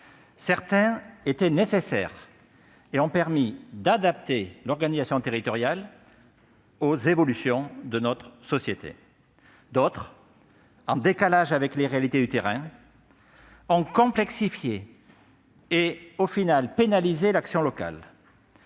Certains étaient nécessaires et ont permis d'adapter l'organisation territoriale aux évolutions de la société. D'autres, en décalage avec les réalités du terrain, ont complexifié et finalement pénalisé l'action locale.